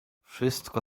wszystko